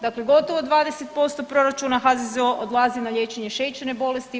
Dakle, gotovo 20$ proračuna HZZO-a odlazi na liječenje šećerne bolesti.